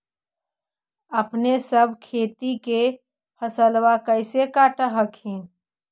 अपने सब खेती के फसलबा कैसे काट हखिन?